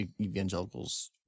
evangelicals